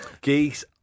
geese